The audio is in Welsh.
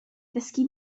ddysgu